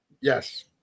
Yes